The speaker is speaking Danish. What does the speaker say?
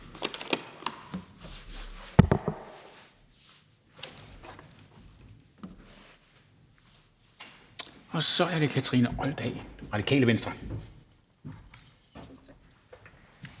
Så er det fru Kathrine Olldag, Radikale Venstre.